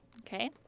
Okay